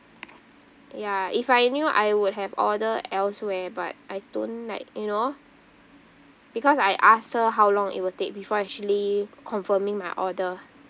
ya if I knew I would have ordered elsewhere but I don't like you know because I asked her how long it will take before actually confirming my order